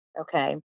Okay